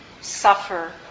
suffer